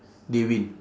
they win